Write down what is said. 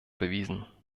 bewiesen